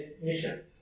mission